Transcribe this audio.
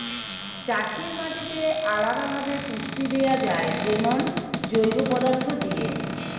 চাষের মাটিতে আলদা ভাবে পুষ্টি দেয়া যায় যেমন জৈব পদার্থ দিয়ে